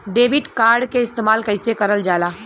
Debit card के इस्तेमाल कइसे करल जाला?